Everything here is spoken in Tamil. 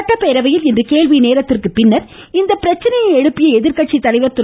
சட்டப்பேரவையில் இன்று கேள்வி நேரத்திற்கு பின்னர் இப்பிரச்சனையை எழுப்பிய எதிர்க்கட்சி தலைவா் திரு